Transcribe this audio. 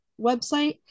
website